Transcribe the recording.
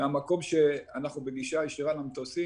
מהמקום שאנחנו בגישה ישירה למטוסים